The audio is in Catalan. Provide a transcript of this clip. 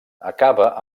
acaba